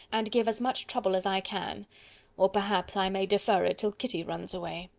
and give as much trouble as i can or, perhaps, i may defer it till kitty runs away.